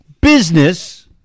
business